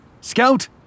Scout